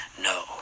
No